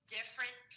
different